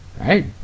right